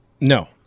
No